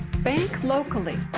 bank locally!